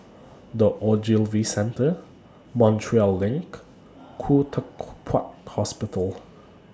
The Ogilvy Centre Montreal LINK and Khoo Teck Puat Hospital